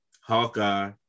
Hawkeye